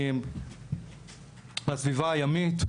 לסביבה הימית.